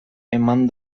eman